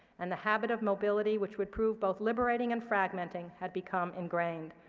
and the habit of mobility, which would prove both liberating and fragmenting, had become ingrained.